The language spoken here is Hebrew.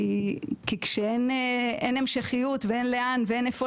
כי כשאין המשכיות ואין לאן ואין איפה